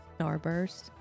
Starburst